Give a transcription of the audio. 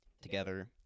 together